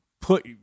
put –